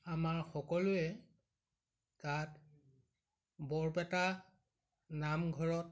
আমাৰ সকলোৱে তাত বৰপেটা নামঘৰত